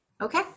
Okay